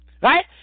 Right